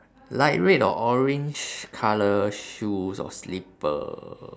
light red or orange colour shoes or slipper